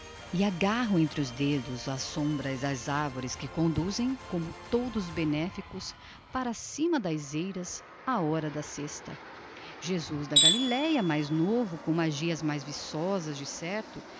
e agarram entre os dedos as sombras das árvores que conduzem como todos benéficos para cima das eiras à hora da sesta jesus da galileia mais novo com magias mais viçosas decerto